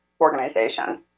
organization